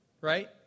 Right